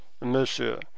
monsieur